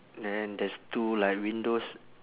then there's two like windows